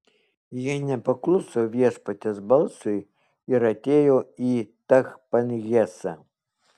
jie nepakluso viešpaties balsui ir atėjo į tachpanhesą